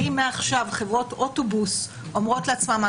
האם מעכשיו חברות אוטובוס אומרות לעצמן: